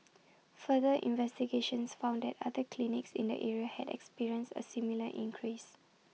further investigations found that other clinics in the area had experienced A similar increase